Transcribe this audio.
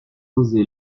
osé